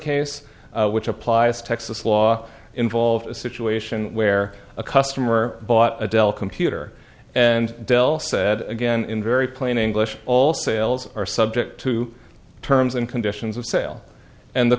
case which applies texas law involved a situation where a customer bought a dell computer and dell said again in very plain english all sales are subject to the terms and conditions of sale and the